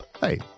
Hey